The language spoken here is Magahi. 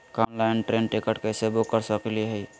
हम ऑनलाइन ट्रेन टिकट कैसे बुक कर सकली हई?